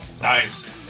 Nice